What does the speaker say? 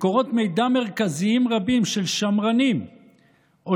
מקורות מידע מרכזיים רבים של שמרנים או